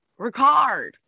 Ricard